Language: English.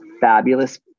fabulous